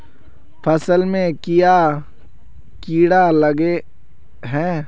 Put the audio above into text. फसल में क्याँ कीड़ा लागे है?